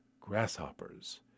grasshoppers